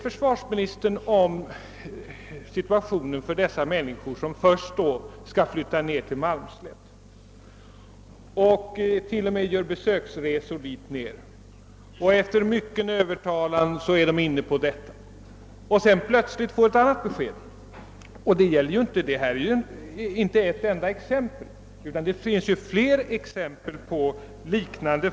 Försvarsministern talade om situationen för de människor som först skulle flytta till Malmslätt och efter mycken övertalning t.o.m. gjorde besöksresor dit men sedan plötsligt fick ett annat besked. Detta är inte det enda exemplet på sådana fall, utan det finns flera liknande.